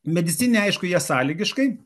medicininiai jie aišku jie sąlygiškai